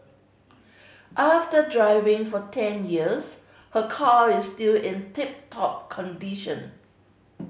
after driving for ten years her car is still in tip top condition